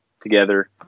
together